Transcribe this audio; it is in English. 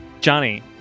Johnny